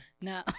no